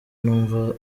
numva